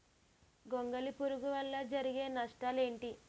గొంగళి పురుగు వల్ల జరిగే నష్టాలేంటి?